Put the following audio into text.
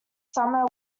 summer